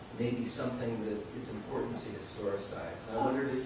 making something that it's important to historicize. so